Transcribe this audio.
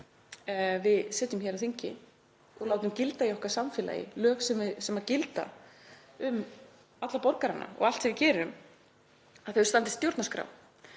við setjum hér á þingi og er látin gilda í okkar samfélagi, lög sem gilda um alla borgarana og allt sem við gerum, standist stjórnarskrá.